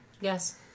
Yes